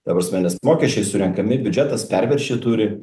ta prasme nes mokesčiai surenkami biudžetas perviršį turi